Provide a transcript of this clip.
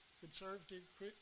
conservative